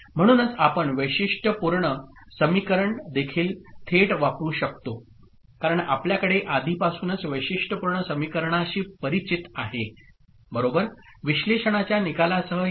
म्हणूनच आपण वैशिष्ट्यपूर्ण समीकरण देखील थेट वापरु शकतो कारण आपल्याकडे आधीपासूनच वैशिष्ट्यपूर्ण समीकरणाशी परिचित आहे बरोबर विश्लेषणाच्या निकालासह येण्यासाठी